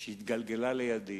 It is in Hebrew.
שהתגלגלה לידי